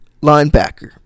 linebacker